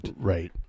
right